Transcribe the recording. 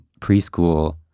preschool